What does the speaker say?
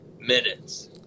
minutes